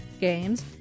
games